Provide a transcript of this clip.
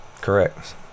Correct